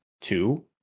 two